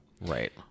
Right